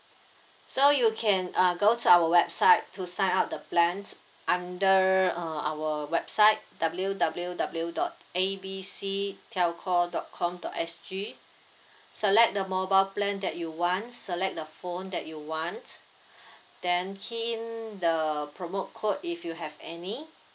so you can uh go to our website to sign up the plan under err our website W_W_W dot A B C telco dot com dot S G select the mobile plan that you want select the phone that you want then key in the promo code if you have any